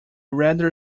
rather